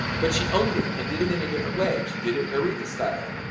but she owned it and did it in a different way, she did it aretha style.